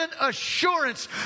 assurance